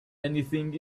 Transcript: anything